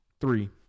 Three